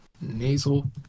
Nasal